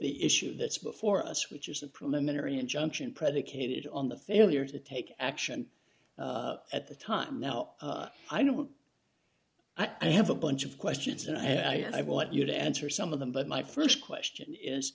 the issue that's before us which is a preliminary injunction predicated on the failure to take action at the time now i don't i have a bunch of questions and i want you to answer some of them but my st question is